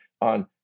on